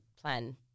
plan